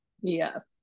yes